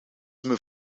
mijn